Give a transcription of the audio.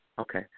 Okay